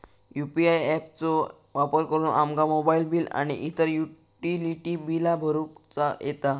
UPI app चो वापर करुन आमका मोबाईल बिल आणि इतर युटिलिटी बिला भरुचा येता